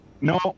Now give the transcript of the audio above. no